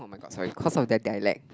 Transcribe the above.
my god sorry cause of their dialect